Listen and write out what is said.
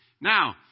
Now